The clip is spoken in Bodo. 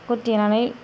बेखौ देनानै